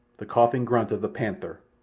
the coughing grunt of the panther,